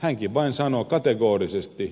hänkin vain sanoo kategorisesti